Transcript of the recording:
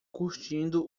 curtindo